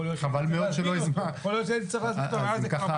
יכול להיות שהייתי צריך להזמין אותו --- אם ככה,